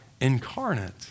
incarnate